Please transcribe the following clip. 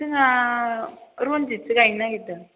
जोंहा रनजिथ सो गायनो नागिरदों